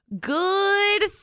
Good